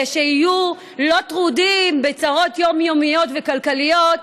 ושיהיו לא טרודים בצרות יומיומיות וכלכליות,